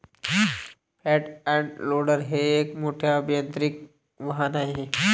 front end loader हे एक मोठे अभियांत्रिकी वाहन आहे